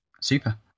Super